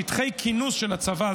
שטחי כינוס של הצבא,